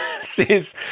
says